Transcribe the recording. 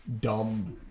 dumb